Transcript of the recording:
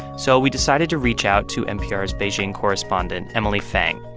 so we decided to reach out to npr's beijing correspondent emily feng.